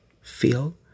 feel